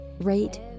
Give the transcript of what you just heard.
rate